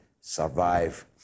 survive